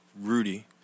Rudy